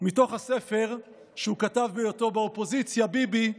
מתוך הספר שהוא כתב בהיותו באופוזיציה, "ביבי,